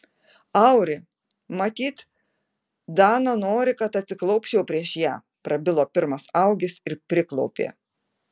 auri matyt dana nori kad aš atsiklaupčiau prieš ją prabilo pirmas augis ir priklaupė